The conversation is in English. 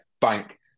bank